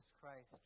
Christ